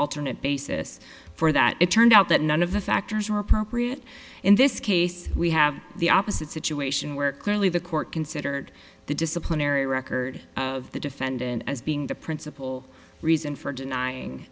alternate basis for that it turned out that none of the factors were appropriate in this case we have the opposite situation where clearly the court considered the disciplinary record of the defendant as being the principal reason for denying